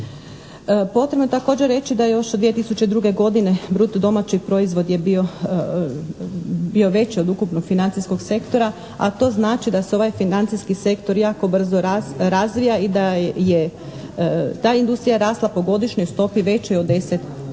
Potrebno je također reći da još od 2002. godine bruto domaći proizvod je bio veći od ukupnog financijskog sektora a to znači da se ovaj financijski sektor jako brzo razvija i da je ta industrija rasla po godišnjoj stopi većoj od 10%